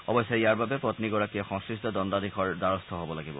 অৱশ্যে ইয়াৰ বাবে পম্নীগৰাকীয়ে সংশ্লিষ্ট দণ্ডাধীশৰ দ্বাৰস্থ হব লাগিব